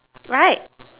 right